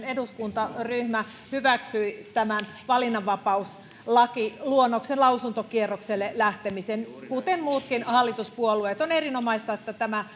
eduskuntaryhmä hyväksyi tämän valinnanvapauslakiluonnoksen lausuntokierrokselle lähtemisen kuten muutkin hallituspuolueet on erinomaista että tämä